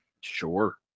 Sure